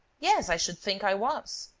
yes, i should think i was!